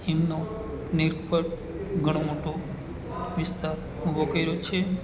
એમનો નેટવર્ક ઘણો મોટો વિસ્તાર ઊભો કર્યો છે